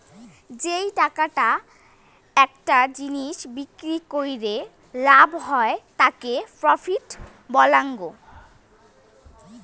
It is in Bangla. যেই টাকাটা একটা জিনিস বিক্রি কইরে লাভ হই তাকি প্রফিট বলাঙ্গ